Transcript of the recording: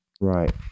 Right